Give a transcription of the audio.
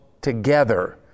together